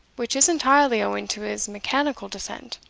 which is entirely owing to his mechanical descent.